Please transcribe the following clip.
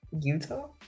utah